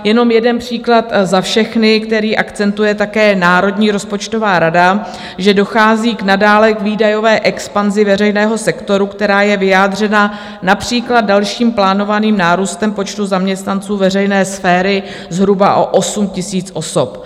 Jenom jeden příklad za všechny, který akcentuje také Národní rozpočtová rada, že dochází nadále k výdajové expanzi veřejného sektoru, která je vyjádřena například dalším plánovaným nárůstem počtu zaměstnanců veřejné sféry zhruba o 8 000 osob.